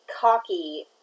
cocky